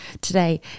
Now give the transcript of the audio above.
today